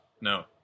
No